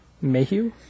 Mayhew